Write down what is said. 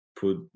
put